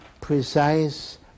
precise